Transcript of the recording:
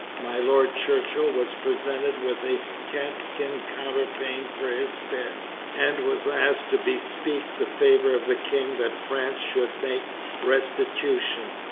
my lord churchill was presented with a catt skin counter pane for his bedd and was asked to bespeak the favour of the king that france should make restitution.